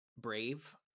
brave